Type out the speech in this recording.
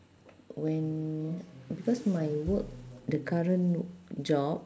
when because my work the current job